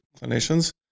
clinicians